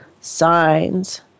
signs